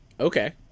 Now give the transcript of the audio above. okay